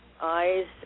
eyes